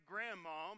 grandma